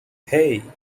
hey